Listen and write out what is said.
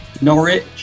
Norwich